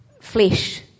flesh